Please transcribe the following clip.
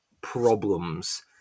problems